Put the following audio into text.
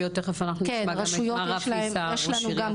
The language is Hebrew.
אני יודעת גם